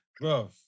Bro